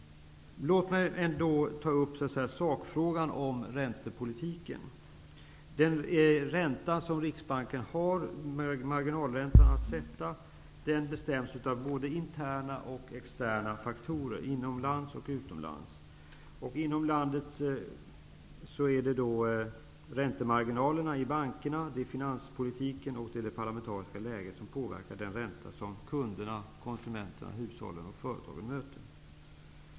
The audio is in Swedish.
Låt mig sedan ta upp sakfrågan om räntepolitiken. Den marginalränta som Riksbanken har att sätta bestäms av både interna och externa faktorer inom landet och utomlands. Inom landet är det räntemarginalerna i bankerna, finanspolitiken och det parlamentariska läget som påverkar den ränta som kunderna, konsumenterna, hushållen och företagen möter.